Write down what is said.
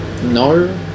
No